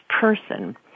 person